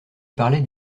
parlaient